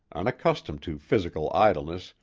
unaccustomed to physical idleness,